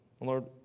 Lord